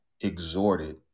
exhorted